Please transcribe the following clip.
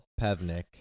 Pevnik